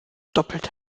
doppelt